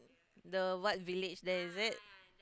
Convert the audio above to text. the what village there is it